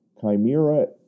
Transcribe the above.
Chimera